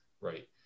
right